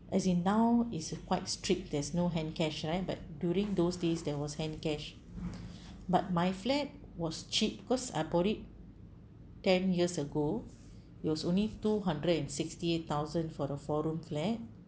as in now it is quite strict there's no hand cash right but during those days there was hand cash but my flat was cheap because I bought it ten years ago it was only two hundred and sixty eight thousand for the four room flat